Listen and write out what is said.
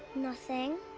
nothing.